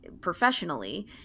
professionally